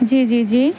جی جی جی